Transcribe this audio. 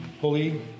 Holy